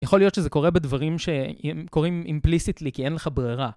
יכול להיות שזה קורה בדברים שקורים implicitly, כי אין לך ברירה.